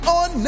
on